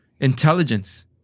intelligence